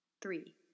Three